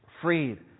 freed